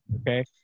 okay